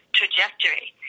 trajectory